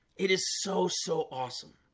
it is so so awesome